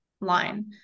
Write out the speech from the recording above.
line